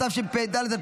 התשפ"ד 2024,